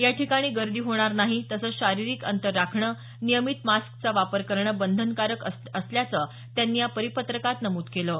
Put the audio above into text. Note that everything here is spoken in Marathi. याठिकाणी गर्दी होणार नाही तसंच शारीरिक अंतर राखणं नियमित मास्कचा वापर करणं बंधनकारक असणार असल्याचं त्यांनी या परिपत्रकात नमूद केल आहे